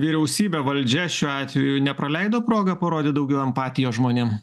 vyriausybė valdžia šiuo atveju nepraleido progą parodyt daugiau empatijos žmonėm